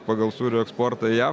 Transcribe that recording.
pagal sūrio eksportą į jav